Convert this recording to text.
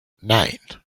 nine